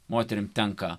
moterims tenka